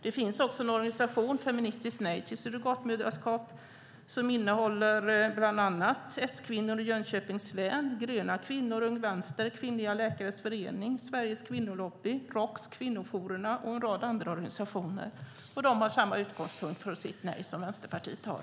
Det finns också en organisation, Feministiskt nej till surrogatmödraskap, som innehåller bland annat S-kvinnor i Jönköpings län, Gröna kvinnor, Ung Vänster, Kvinnliga Läkares Förening, Sveriges Kvinnolobby, ROKS, Kvinnojourerna och en rad andra organisationer. De har samma utgångspunkt för sitt nej som Vänsterpartiet har.